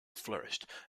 flourished